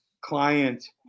client